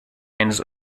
eines